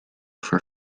for